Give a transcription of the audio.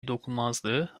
dokunulmazlığı